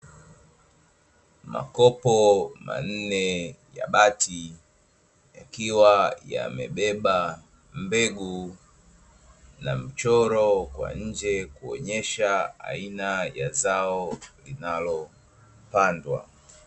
Makopo manne ya bati yakiwa yamebeba mbegu na mchoro kwa nje kuonesha aina ya zao linalopandwa.